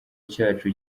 cyacu